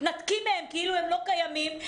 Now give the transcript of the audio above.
מתנתקים מהן כאילו הן לא קיימות,